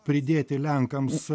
pridėti lenkams